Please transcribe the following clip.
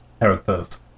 characters